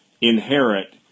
inherit